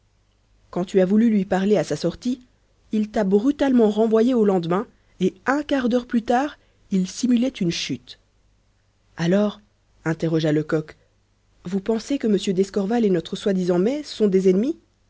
quand tu as voulu lui parler à sa sortie il t'a brutalement renvoyé au lendemain et un quart d'heure plus tard il simulait une chute alors interrogea lecoq vous pensez que m d'escorval et notre soi-disant mai sont des ennemis